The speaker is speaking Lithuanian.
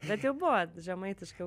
bet jau buvo žemaitiškai jau